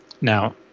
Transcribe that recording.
Now